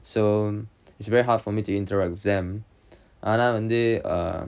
so it's very hard for me to interact with them ஆனா வந்து:aanaa vanthu